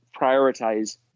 prioritize